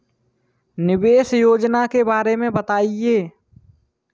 निवेश योजना के बारे में बताएँ?